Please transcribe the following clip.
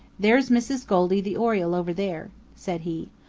there's mrs. goldy the oriole over there, said he.